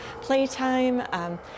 playtime